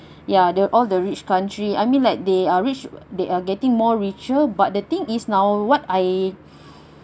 ya they're all the rich country I mean like they are rich they are getting more richer but the thing is now what I